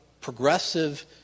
progressive